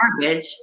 garbage